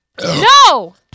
No